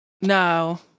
No